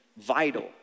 Vital